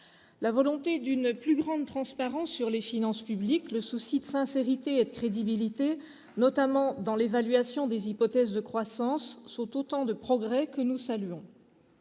La volonté d'une plus grande transparence sur les finances publiques, le souci de sincérité et de crédibilité, notamment dans l'évaluation des hypothèses de croissance, sont autant de progrès que nous saluons.